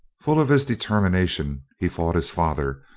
full of this determination, he fought his father,